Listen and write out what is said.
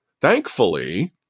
Thankfully